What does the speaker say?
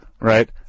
right